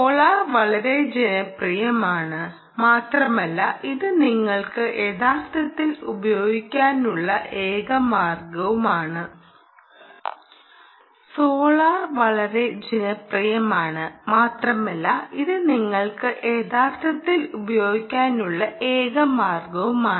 solar വളരെ ജനപ്രിയമാണ് മാത്രമല്ല ഇത് നിങ്ങൾക്ക് യഥാർത്ഥത്തിൽ ഉപയോഗിക്കാനുള്ള ഏക മാർഗ്ഗവുമാണ്